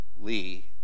Lee